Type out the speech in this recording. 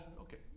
okay